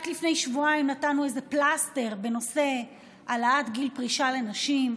רק לפני שבועיים נתנו איזה פלסטר בנושא העלאת גיל הפרישה לנשים.